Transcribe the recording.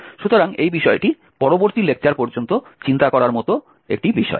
সুতরাং এই বিষয়টি পরবর্তী লেকচার পর্যন্ত চিন্তা করার মতো কিছু